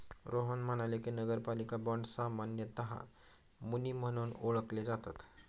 रोहन म्हणाले की, नगरपालिका बाँड सामान्यतः मुनी म्हणून ओळखले जातात